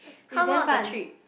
how long is the trip